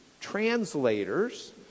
translators